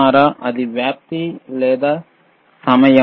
ఇది వ్యాప్తి లేదా సమయం